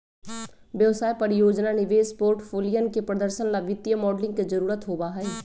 व्यवसाय, परियोजना, निवेश के पोर्टफोलियन के प्रदर्शन ला वित्तीय मॉडलिंग के जरुरत होबा हई